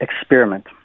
experiment